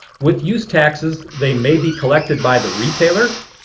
with use taxes, they may be collected by the retailer,